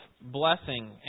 blessing